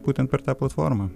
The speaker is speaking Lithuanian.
būtent per tą platformą